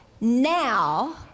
now